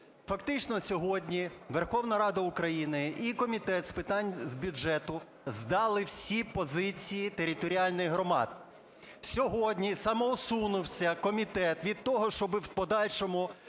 Фактично сьогодні Верховна Рада України і Комітет з питань бюджету здали всі позиції територіальних громад. Сьогодні самоусунувся комітет від того, щоб в подальшому